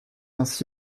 ainsi